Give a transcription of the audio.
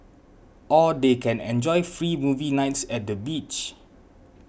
or they can enjoy free movie nights at the beach